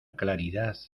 claridad